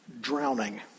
drowning